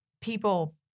people